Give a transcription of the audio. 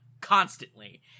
constantly